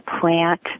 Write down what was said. plant